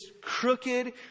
crooked